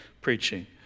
preaching